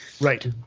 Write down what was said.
Right